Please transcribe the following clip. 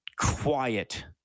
quiet